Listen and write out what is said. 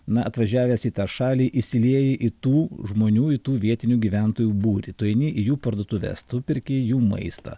na atvažiavęs į tą šalį įsilieji į tų žmonių į tų vietinių gyventojų būrį tu eini į jų parduotuves tų perki jų maistą